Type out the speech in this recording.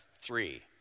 three